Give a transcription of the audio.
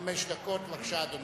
חמש דקות, בבקשה, אדוני.